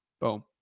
Boom